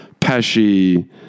Pesci